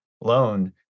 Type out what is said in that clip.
loan